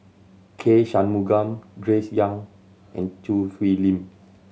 K Shanmugam Grace Young and Choo Hwee Lim